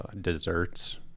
desserts